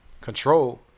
Control